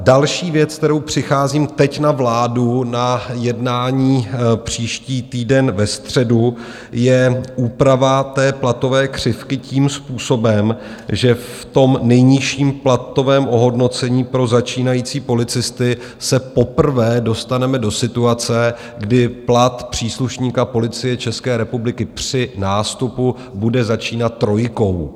Další věc, s kterou přicházím teď na vládu, na jednání příští týden ve středu, je úprava platové křivky tím způsobem, že v nejnižším platovém ohodnocení pro začínající policisty se poprvé dostaneme do situace, kdy plat příslušníka Policie České republiky při nástupu bude začínat trojkou.